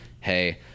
hey